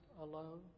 alone